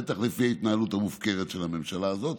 בטח לפי ההתנהלות המופקרת של הממשלה הזאת.